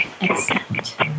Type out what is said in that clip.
accept